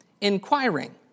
Inquiring